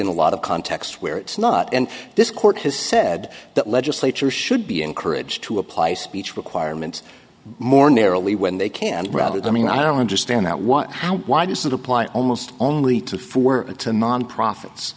in a lot of context where it's not and this court has said that legislature should be encouraged to apply speech requirements more narrowly when they can read it i mean i don't understand that what how why does it apply almost only to for it to mom profits